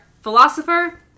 philosopher